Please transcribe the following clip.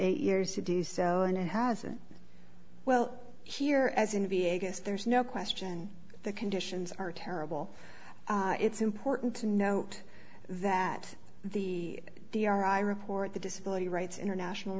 eight years to do so and it hasn't well here as in v a guess there's no question the conditions are terrible it's important to note that the the our i report the disability rights international